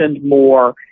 more